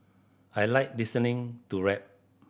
I like listening to rap